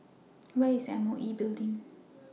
Where IS M O E Building